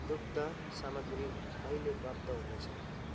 दुग्ध सामग्री कहिले प्राप्त हुनेछ